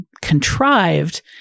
contrived